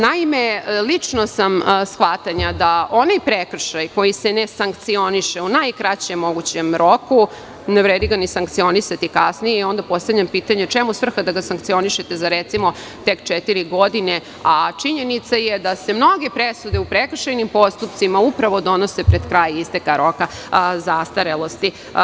Naime, lično sam shvatanja da onaj prekršaj koji se ne sankcioniše u najkraćem mogućem roku ne vredi ga ni sankcionisati kasnije i onda postavljam pitanje – čemu svrha da sankcionišete za tek četiri godine, a činjenica je da se mnoge presude u prekršajnim postupcima upravo donose pred kraj isteka roka zastarelosti.